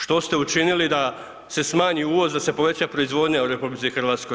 Što ste učinili da se smanji uvoz ada se poveća proizvodnja u RH?